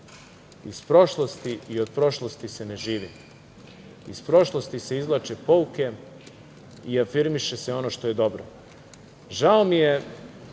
iz prošlosti i od prošlosti se ne živi. Iz prošlosti se izvlače pouke i afirmiše se ono što je dobro. Žao mi je